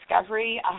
discovery